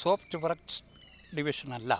soft works ഡിവിഷനല്ല